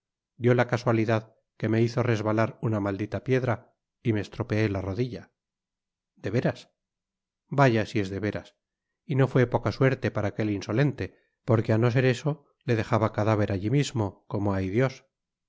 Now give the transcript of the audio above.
dió la casualidad que me hizo resbalar una maldita piedra y me estropeé la rodilla de veras vaya si es de veras y no fué poca suerte para aquel iusoleule porque á no ser eso le dejaba cadáver alli mismo como hay dios